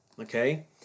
okay